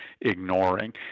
ignoring